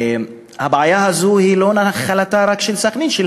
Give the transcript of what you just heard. הבעיה הזו היא לא נחלתה של סח'נין בלבד,